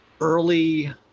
early